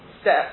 step